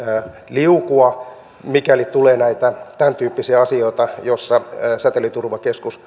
liukua mikäli tulee näitä tämäntyyppisiä asioita joissa säteilyturvakeskus